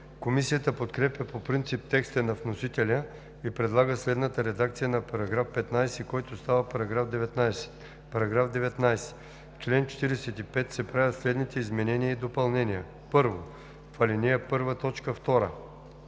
Комисията подкрепя по принцип текста на вносителя и предлага следната редакция на § 15, който става § 19: „§ 19. В чл. 45 се правят следните изменения и допълнения: 1. В ал. 1,